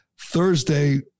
Thursday